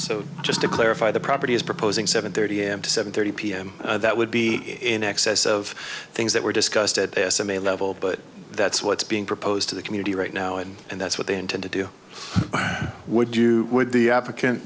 so just to clarify the property is proposing seven thirty a m to seven thirty p m that would be in excess of things that were discussed at s m a level but that's what's being proposed to the community right now and and that's what they intend to do would you would the applican